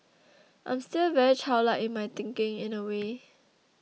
I'm still very childlike in my thinking in a way